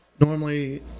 Normally